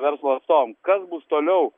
verslo atstovam kas bus toliau